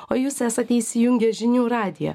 o jūs esate įsijungę žinių radiją